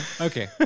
Okay